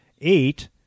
eight